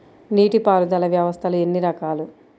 నీటిపారుదల వ్యవస్థలు ఎన్ని రకాలు?